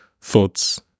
thoughts